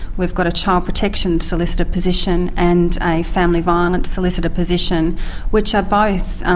we've got a child protection solicitor position and a family violence solicitor position which are both,